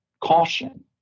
caution